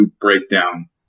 breakdown